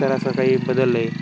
तर असा काही बदललं आहे